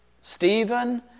Stephen